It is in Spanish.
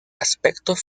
aspectos